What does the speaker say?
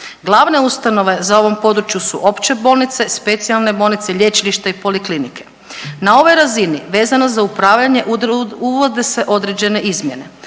Glavne ustanove za u ovom području su opće bolnice, specijalne bolnice, lječilišta i poliklinike. Na ovoj razini vezano za upravljanje uvode se određene izmjene